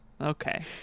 Okay